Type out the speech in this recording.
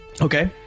okay